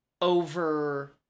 over